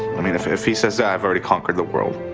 i mean if if he says that, i've already conquered the world.